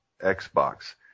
Xbox